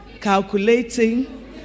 calculating